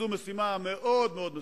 זו משימה מאוד מאוד מסובכת.